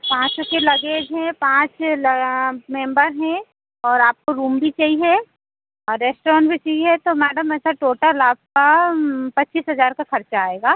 पाँचों के लगेज हैं पाँच मेम्बर हैं और आपको रूम भी चाहिए और रेस्ट्रॉन भी चाहिए तो मैडम ऐसा टोटल आपका पच्चीस हजार का खर्चा आएगा